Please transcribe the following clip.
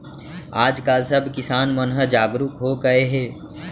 आज काल सब किसान मन ह जागरूक हो गए हे